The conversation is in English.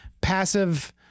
passive